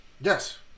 yes